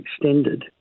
extended